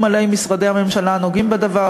מלא עם משרדי הממשלה הנוגעים בדבר,